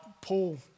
Paul